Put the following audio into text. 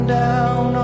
down